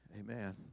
Amen